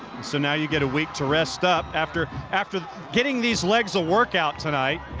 so now you get a week to rest up after after getting these legs a workout tonight,